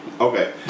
Okay